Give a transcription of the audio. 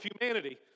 humanity